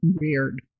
weird